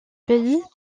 pays